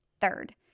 third